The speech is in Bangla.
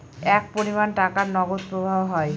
এক পরিমান টাকার নগদ প্রবাহ হয়